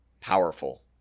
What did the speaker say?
powerful